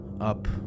up